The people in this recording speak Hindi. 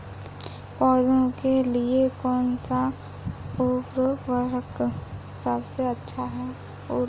पौधों के लिए कौन सा उर्वरक सबसे अच्छा है?